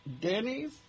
Denny's